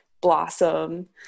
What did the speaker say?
blossom